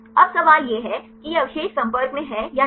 अब सवाल यह है कि यह अवशेष संपर्क में हैं या नहीं